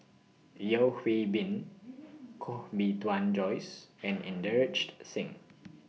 Yeo Hwee Bin Koh Bee Tuan Joyce and Inderjit Singh